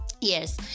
Yes